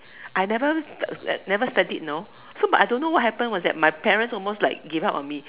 I never never studied you know so but I don't know what happened was that my parents almost like gave up on me